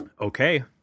Okay